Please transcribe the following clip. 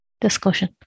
discussion